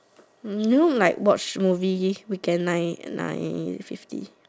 hmm you know like watch movie weekend nine nine fifty